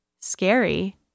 scary